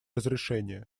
разрешения